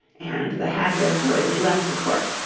and the hatter hurriedly left the court,